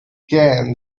again